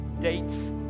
dates